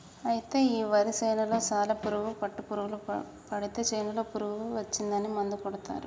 అయితే ఈ వరి చేనులో సాలి పురుగు పుట్టులు పడితే చేనులో పురుగు వచ్చిందని మందు కొడతారు